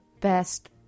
best